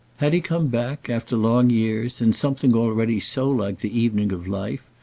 had he come back after long years, in something already so like the evening of life,